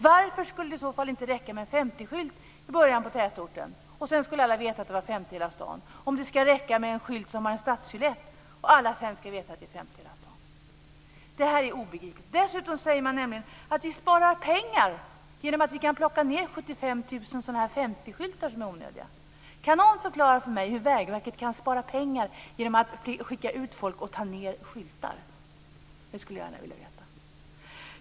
Varför skulle det i så fall inte räcka med en 50 skylt i början av tätorten - då skulle alla veta att det var 50 i hela stan - om det nu ska räcka med en skylt med en stadssilhuett och alla sedan ska veta att det är 50 i hela stan? Detta är, som sagt, obegripligt. Dessutom säger man: Vi sparar pengar genom att vi kan plocka ned 75 000 onödiga 50-skyltar. Kan någon förklara för mig hur Vägverket kan spara pengar genom att skicka ut folk för att ta ned skyltar? Hur man på det sättet kan spara pengar skulle jag gärna vilja veta.